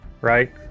right